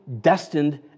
destined